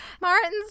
Martins